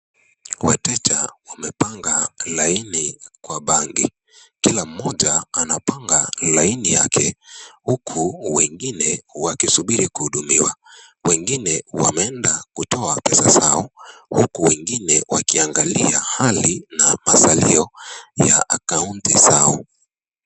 Wateja wamepanga laini kwa benki. Kila mmoja anapanga laini yake huku wengine wakisubiri kuhudumiwa. Wengine wameenda kutoa pesa zao huku wengine wakiangalia hali na masalio ya akaunti zao.